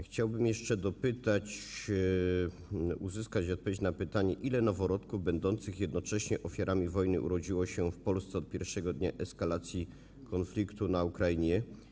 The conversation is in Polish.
Chciałbym jeszcze dopytać, uzyskać odpowiedź na pytanie, ile noworodków będących jednocześnie ofiarami wojny urodziło się w Polsce od pierwszego dnia eskalacji konfliktu na Ukrainie.